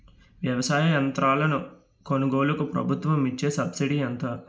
వ్యవసాయ యంత్రాలను కొనుగోలుకు ప్రభుత్వం ఇచ్చే సబ్సిడీ ఎంత?